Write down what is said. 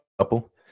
couple